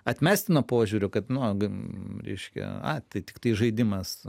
atmestino požiūrio kad nu reiškia a tai tiktai žaidimas